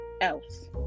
else